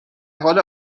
حال